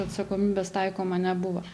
atsakomybės taikoma nebuvo